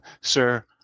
sir